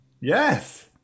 Yes